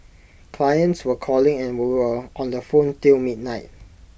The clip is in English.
clients were calling and we were on on the phone till midnight